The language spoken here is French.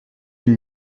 une